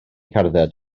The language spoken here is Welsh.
cerdded